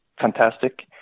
fantastic